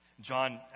John